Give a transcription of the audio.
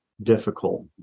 difficult